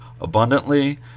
abundantly